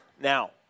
Now